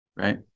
right